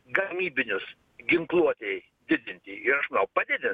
gamybinius ginkluotei didinti ir aš manau padidins